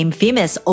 famous